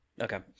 Okay